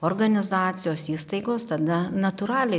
organizacijos įstaigos tada natūraliai